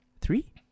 three